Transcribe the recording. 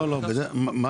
לא, מה